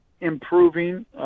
improving